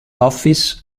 office